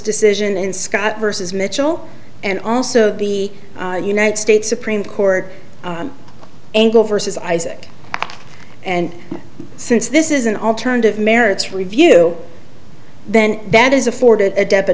decision in scott versus mitchell and also the united states supreme court angle versus isaac and since this is an alternative merits review then that is afforded a dept